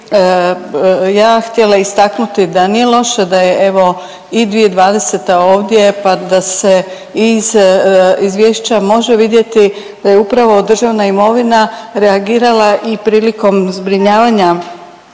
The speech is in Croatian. ja htjela istaknuti da nije loše da je evo i 2020. ovdje pa da se iz izvješća može vidjeti da je upravo državna imovina reagirala i prilikom zbrinjavanja